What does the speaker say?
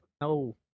No